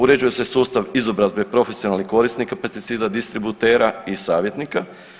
Uređuje se sustav izobrazbe profesionalnih korisnika pesticida, distributera i savjetnika.